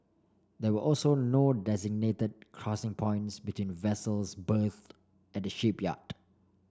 there were also no designated crossing points between vessels berthed at shipyard